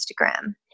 Instagram